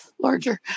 larger